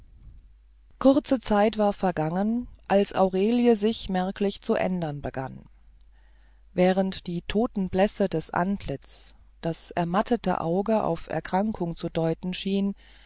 kurze zeit war vergangen als aurelie sich gar merklich zu ändern begann während die totenblässe des antlitzes das ermattete auge auf erkrankung zu deuten schien